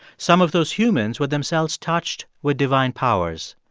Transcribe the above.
some of those humans were themselves touched with divine powers.